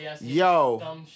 Yo